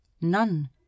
none